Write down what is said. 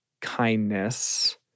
Kindness